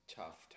tough